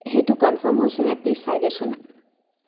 সেইটো কনফাৰ্ম হৈছে নে প্লিজ চাই দেচোন